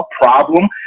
problem